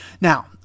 Now